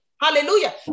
Hallelujah